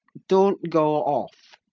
don't go off!